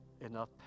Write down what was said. enough